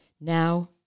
Now